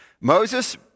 Moses